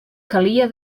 calia